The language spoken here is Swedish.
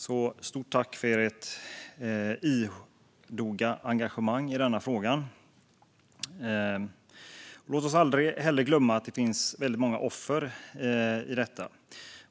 Ett stort tack för ert idoga engagemang i denna fråga! Låt oss heller aldrig glömma att det finns väldigt många offer i fråga om detta.